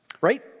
Right